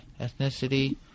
ethnicity